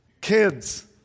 Kids